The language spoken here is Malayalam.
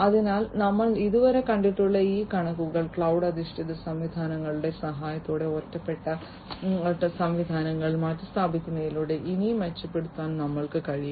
അതിനാൽ ഞങ്ങൾ ഇതുവരെ കണ്ടിട്ടുള്ള ഈ കണക്കുകൾ ക്ലൌഡ് അധിഷ്ഠിത സംവിധാനങ്ങളുടെ സഹായത്തോടെ ഒറ്റപ്പെട്ട സംവിധാനങ്ങൾ മാറ്റിസ്ഥാപിക്കുന്നതിലൂടെ ഇനിയും മെച്ചപ്പെടുത്താൻ ഞങ്ങൾക്ക് കഴിയും